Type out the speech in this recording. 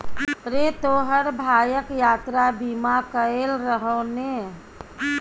रे तोहर भायक यात्रा बीमा कएल रहौ ने?